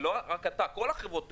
ולא רק אתה אלא כל חברות התעופה,